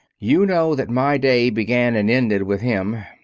you know that my day began and ended with him.